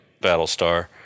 Battlestar